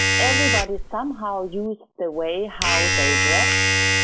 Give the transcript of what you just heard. everybody somehow used the way how they dressed